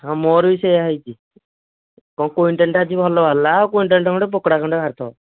ହଁ ମୋର ବି ସେଇଆ ହୋଇଛି କ'ଣ କୁଇଣ୍ଟାଲ୍ଟା ଆଜି ଭଲ ବାହାରଲା ଆଉ କୁଇଣ୍ଟାଲଟା ଖଣ୍ଡେ ପୋକଡ଼ା ଖଣ୍ଡେ ବାହାରିଥିବ